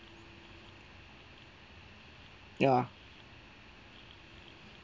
ya